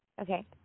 Okay